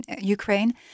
Ukraine